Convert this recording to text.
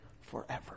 forever